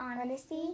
honesty